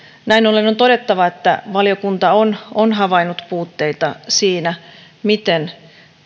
näin ollen on todettava että valiokunta on on havainnut puutteita siinä miten